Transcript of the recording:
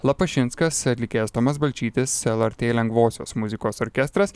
lapašinskas atlikėjas tomas balčytis lrt lengvosios muzikos orkestras